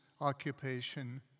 occupation